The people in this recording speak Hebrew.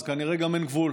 אז כנראה גם אין גבול,